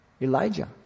Elijah